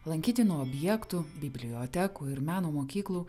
lankytinų objektų bibliotekų ir meno mokyklų